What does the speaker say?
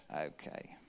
Okay